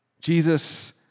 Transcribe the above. Jesus